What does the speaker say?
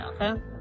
Okay